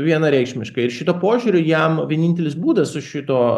vienareikšmiškai ir šituo požiūriu jam vienintelis būdas su šituo